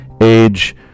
age